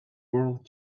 world